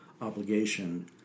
obligation